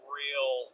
real